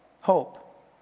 hope